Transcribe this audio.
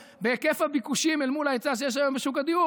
בהיקף הביקושים אל מול ההיצע שיש היום בשוק הדיור,